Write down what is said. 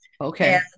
Okay